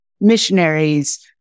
missionaries